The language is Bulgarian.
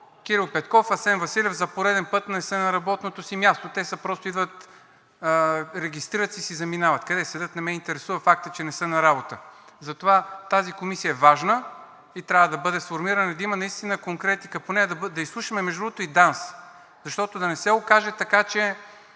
Кирил Петков, Асен Василев за пореден път не са на работното си място, те просто идват, регистрират се и си заминават. Къде седят, не ме интересува, факт е, че не са на работа. Затова тази комисия е важна и трябва да бъде сформирана, да има наистина конкретика по нея. Да изслушаме, между другото, и ДАНС, защото да не се окаже така, че